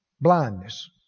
Blindness